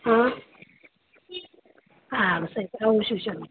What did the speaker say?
હા સારું સાહેબ આવું છું ચાલો